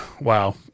wow